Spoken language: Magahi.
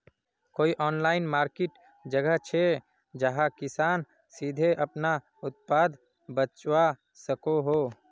कोई ऑनलाइन मार्किट जगह छे जहाँ किसान सीधे अपना उत्पाद बचवा सको हो?